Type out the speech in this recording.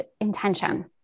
intention